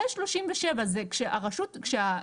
זה 37. זה כשהגורם,